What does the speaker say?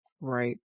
Right